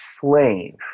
slave